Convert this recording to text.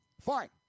Fine